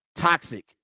Toxic